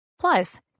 Plus